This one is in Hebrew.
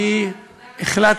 אני לא הייתי